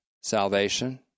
salvation